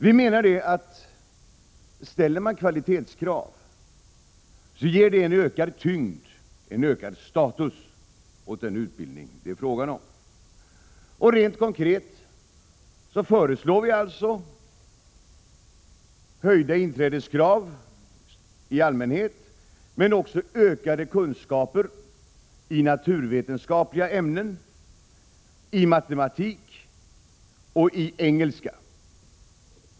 Vi menar att om man ställer kvalitetskrav så ger det en ökad tyngd och en ökad status åt den utbildning det är fråga om. Rent konkret föreslår vi höjda inträdeskrav i allmänhet, men också krav på ökade kunskaper i naturvetenskapliga ämnen, matematik och engelska.